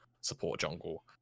support-jungle